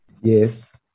Yes